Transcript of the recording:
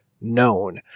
known